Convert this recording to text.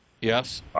Yes